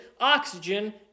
oxygen